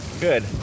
Good